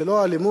זה לא אלימות?